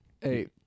Hey